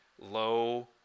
low